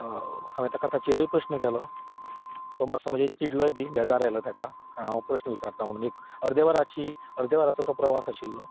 हांवें ताका ताजेरय प्रस्न केलो तो मातसो म्हजेर चिडलोय बी बेजार आयलो ताका हांव प्रश्न विचारतां म्हणून एक अर्द्या वराची अर्द्या वराचो तो प्रवास आशिल्लो